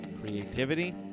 Creativity